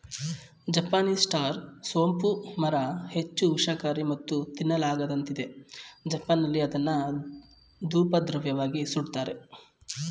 Japanese star ಸೋಂಪು ಮರ ಹೆಚ್ಚು ವಿಷಕಾರಿ ಮತ್ತು ತಿನ್ನಲಾಗದಂತಿದೆ ಜಪಾನ್ನಲ್ಲಿ ಅದನ್ನು ಧೂಪದ್ರವ್ಯವಾಗಿ ಸುಡ್ತಾರೆ